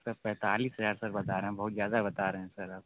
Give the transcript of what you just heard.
sir पैंतालीस हज़ार sir बता रहे हैं बहुत ज़्यादा बता रहे हैं सर आप